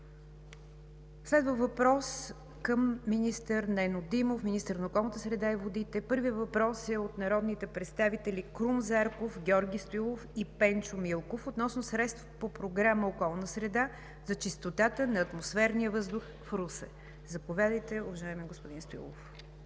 Следва въпрос към министъра на околната среда и водите Нено Димов. Първият въпрос е от народните представители Крум Зарков, Георги Стоилов и Пенчо Милков относно средства по Програма „Околна среда“ за чистотата на атмосферния въздух в Русе. Заповядайте, уважаеми господин Стоилов.